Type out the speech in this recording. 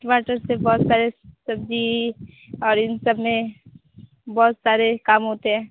टमाटर से बहुत सारी सब्ज़ी और इन सबमें बहुत सारे काम होते हैं